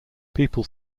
people